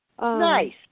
Nice